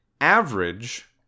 average